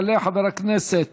יעלה חבר הכנסת